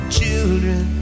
children